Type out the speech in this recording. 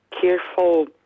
careful